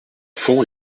fonds